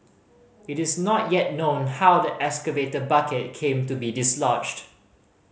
it is not yet known how the excavator bucket came to be dislodged